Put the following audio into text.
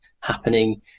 happening